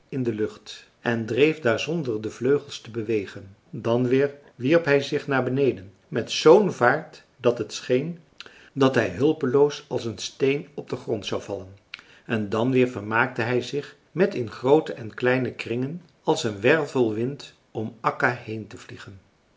in de lucht en dreef daar zonder de vleugels te bewegen dan weer wierp hij zich naar beneden met z'n vaart dat het scheen dat hij hulpeloos als een steen op den grond zou vallen en dan weer vermaakte hij zich met in groote en kleine kringen als een wervelwind om akka heen te vliegen